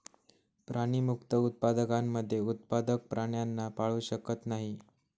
प्राणीमुक्त उत्पादकांमध्ये उत्पादक प्राण्यांना पाळू शकत नाही